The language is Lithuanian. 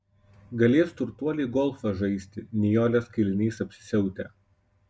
galės turtuoliai golfą žaisti nijolės kailiniais apsisiautę